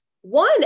one